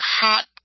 hot